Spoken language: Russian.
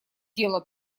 дело